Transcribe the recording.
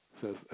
says